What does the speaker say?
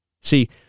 see